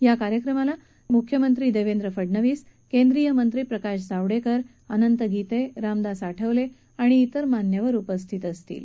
या कार्यक्रमाला मुख्यमंत्री देवेंद्र फडणवीस केंद्रीय मंत्री प्रकाश जावडेकर अनंत गीते रामदास आठवले आणि अन्य मान्यवर उपस्थित राहणार आहेत